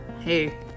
hey